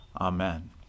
Amen